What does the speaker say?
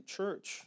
church